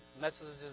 messages